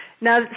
Now